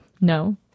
No